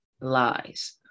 lies